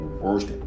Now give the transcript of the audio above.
worst